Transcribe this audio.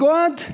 God